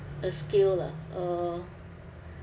a skill ah uh